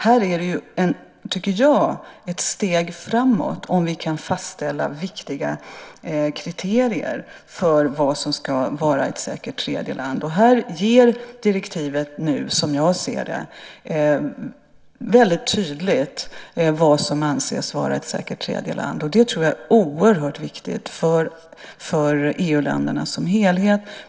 Här är det ett steg framåt om vi kan fastställa viktiga kriterier för vad som ska vara ett säkert tredjeland. Här anger direktivet som jag ser det nu väldigt tydligt vad som anses vara ett säkert tredjeland. Det är oerhört viktigt för EU-länderna som helhet.